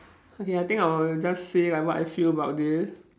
okay ya I think I will just say like what I feel about this